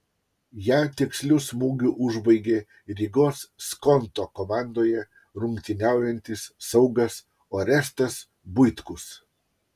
ją tiksliu smūgiu užbaigė rygos skonto komandoje rungtyniaujantis saugas orestas buitkus